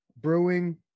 Brewing